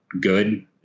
good